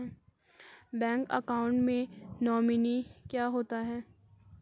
Bank account में nominee क्या होता है?